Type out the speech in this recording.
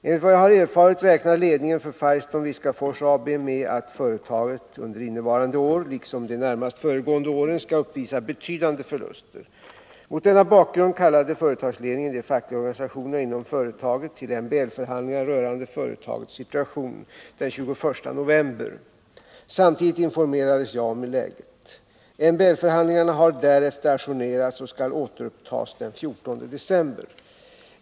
Enligt vad jag har erfarit räknar ledningen för Firestone-Viskafors AB med att företaget under innevarande år, liksom de närmast föregående åren, skall uppvisa betydande förluster. Mot denna bakgrund kallade företagsledningen de fackliga organisationerna inom företaget till MBL-förhandlingar rörande företagets situation den 21 november. Samtidigt informerades jag om läget. MBL-förhandlingarna har därefter ajournerats och skall återupptas den 14 december.